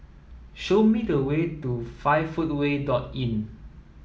show me the way to five footway dot Inn